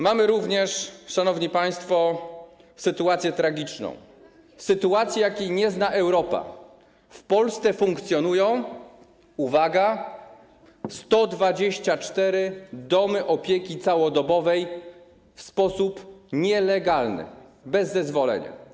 Mamy również, szanowni państwo, sytuację tragiczną, sytuację, jakiej nie zna Europa: w Polsce funkcjonują - uwaga - 124 domy opieki całodobowej w sposób nielegalny, bez zezwolenia.